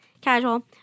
casual